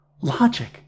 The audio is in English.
Logic